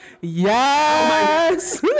yes